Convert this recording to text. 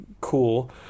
cool